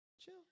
chill